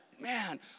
man